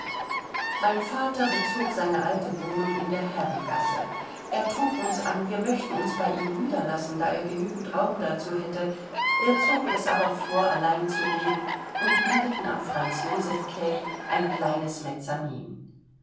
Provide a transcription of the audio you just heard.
mein vater bezog seine alte wohnung in der herrengasse er trug uns an wir möchten uns bei ihm niederlassen da er genügend raum dazu hätte wir zogen es aber vor allein zu leben und mieteten am franz joseph quai ein kleines